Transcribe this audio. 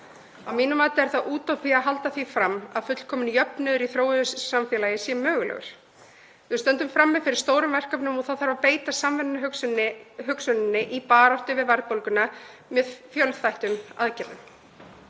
Að mínu mati er það útópía að halda því fram að fullkominn jöfnuður í þróuðu samfélagi sé mögulegur. Við stöndum frammi fyrir stórum verkefnum og það þarf að beita samvinnuhugsuninni í baráttunni við verðbólguna með fjölþættum aðgerðum.